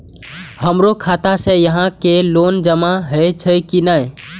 हमरो खाता से यहां के लोन जमा हे छे की ने?